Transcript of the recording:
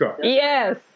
Yes